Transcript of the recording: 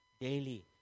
daily